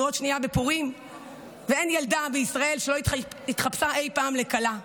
אנחנו עוד שנייה בפורים ואין ילדה בישראל שלא התחפשה אי פעם לכלה.